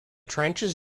trenches